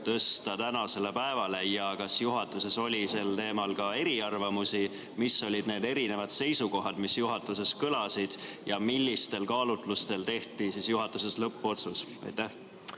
tõsta tänasele päevale? Kas juhatuses oli sel teemal ka eriarvamusi? Mis olid need erinevad seisukohad, mis juhatuses kõlasid, ja millistel kaalutlustel tehti juhatuses lõppotsus? Aitäh,